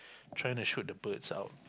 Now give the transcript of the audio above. trying to shoot the birds out